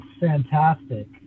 fantastic